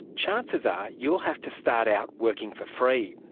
chances are you'll have to start out working for free.